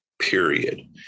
period